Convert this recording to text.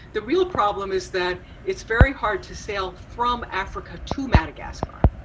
the real problem is that it's very hard to sail from africa to madagascar